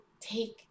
take